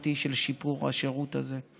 רב-שנתי של שיפור השירות הזה.